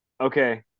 Okay